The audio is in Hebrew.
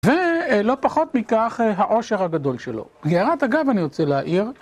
ולא פחות מכך האושר הגדול שלו. בהערת אגב אני רוצה להעיר.